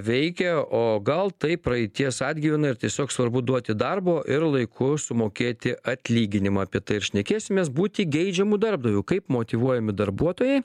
veikia o gal tai praeities atgyvena ir tiesiog svarbu duoti darbo ir laiku sumokėti atlyginimą apie tai ir šnekėsimės būti geidžiamu darbdaviu kaip motyvuojami darbuotojai